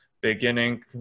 beginning